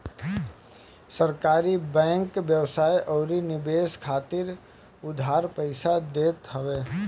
सहकारी बैंक व्यवसाय अउरी निवेश खातिर उधार पईसा देत हवे